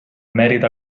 mèrit